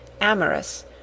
amorous